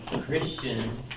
Christian